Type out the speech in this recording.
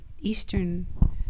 eastern